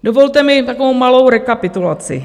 Dovolte mi takovou malou rekapitulaci.